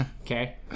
Okay